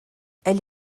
elle